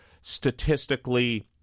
statistically